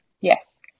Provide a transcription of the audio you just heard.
yes